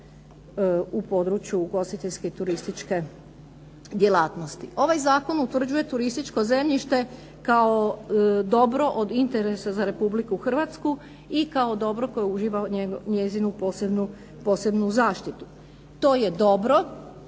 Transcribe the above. u području ugostiteljske turističke djelatnosti. Ovaj zakon utvrđuje turističko zemljište kao dobro od interesa za Republiku Hrvatsku i kao dobro koje uživa njezinu posebnu zaštitu. To je dobro